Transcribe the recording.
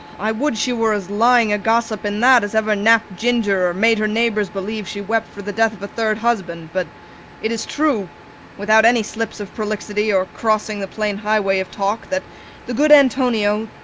i would she were as lying a gossip in that as ever knapped ginger or made her neighbours believe she wept for the death of a third husband. but it is true without any slips of prolixity or crossing the plain highway of talk that the good antonio,